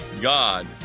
God